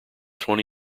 twenty